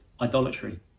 idolatry